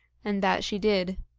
and that she did.